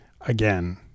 Again